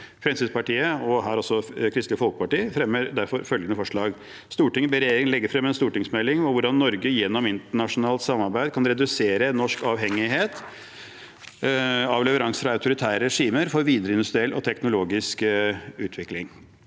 Fremskrittspartiet og Kristelig Folkeparti fremmer derfor følgende forslag: «Stortinget ber regjeringen legge frem en stortingsmelding om hvordan Norge gjennom internasjonalt samarbeid kan redusere norsk avhengighet av leveranser fra autoritære regimer for videre industriell og teknologisk utvikling.»